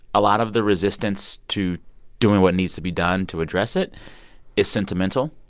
a lot of the resistance to doing what needs to be done to address it is sentimental.